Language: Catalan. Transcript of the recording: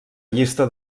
llista